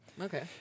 okay